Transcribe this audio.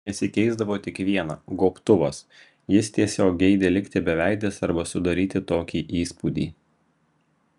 nesikeisdavo tik viena gobtuvas jis tiesiog geidė likti beveidis arba sudaryti tokį įspūdį